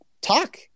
talk